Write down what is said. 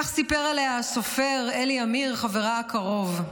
כך סיפר עליה הסופר אלי עמיר, חברה הקרוב: